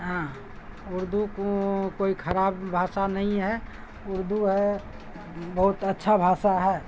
ہاں اردو کو کوئی خراب بھاشا نہیں ہے اردو ہے بہت اچھا بھاشا ہے